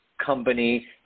company